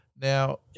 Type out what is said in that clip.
Now